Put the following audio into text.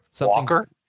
Walker